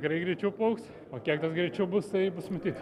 tikrai greičiau plauksiu o kiek tas greičiau bus tai bus matyt